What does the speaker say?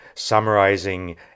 summarizing